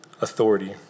authority